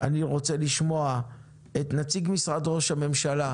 אני רוצה לשמוע את נציג משרד ראש הממשלה,